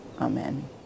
Amen